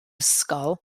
ysgol